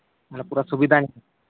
ᱢᱟᱱᱮ ᱯᱩᱨᱟᱹ ᱥᱩᱵᱤᱫᱷᱟ